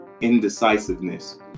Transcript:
indecisiveness